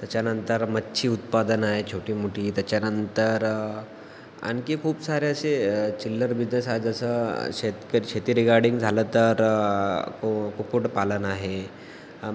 त्याच्यानंतर मच्छी उत्पादन आहे छोटी मोठी त्याच्यानंतर आणखी खूप सारे असे चिल्लर बिजनेस आहेत जसं शेतक शेती रिगार्डिंग झालं तर कु कुक्कुटपालन आहे